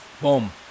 Boom